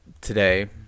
today